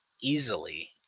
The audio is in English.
easily